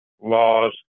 laws